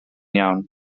iawn